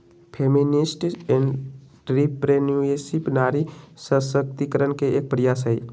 feminist entrepreneurship नारी सशक्तिकरण के एक प्रयास हई